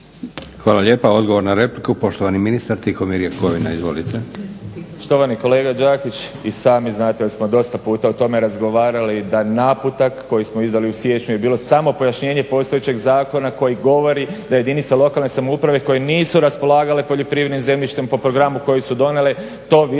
Hvala lijepa. Odgovor na repliku poštivani ministar Tihomir Jakovina. Izvolite. **Jakovina, Tihomir (SDP)** Štovani kolega Đakić i sami znate jer smo dosta puta o tome razgovarali da naputak koji smo izdali u siječnju je bilo samo pojašnjenje postojećeg zakona koji govori da jedinica lokalne samouprave koje nisu raspolagale poljoprivrednim zemljištem po programu koji su donijele to više